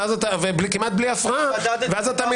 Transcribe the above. כמעט בלי הפרעה --- מדדתי,